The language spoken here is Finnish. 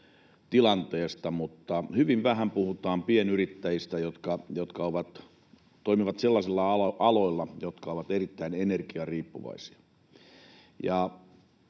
energiatilanteesta, mutta hyvin vähän puhutaan pienyrittäjistä, jotka toimivat sellaisilla aloilla, jotka ovat erittäin energiariippuvaisia.